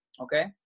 Okay